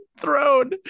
throne